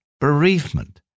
bereavement